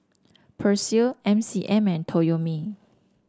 Persil M C M and Toyomi